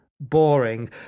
boring